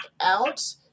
out